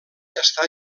està